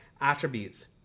attributes